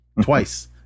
Twice